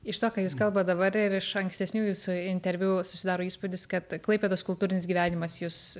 iš to ką jūs kalbat dabar ir iš ankstesnių jūsų interviu susidaro įspūdis kad klaipėdos kultūrinis gyvenimas jus